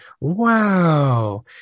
wow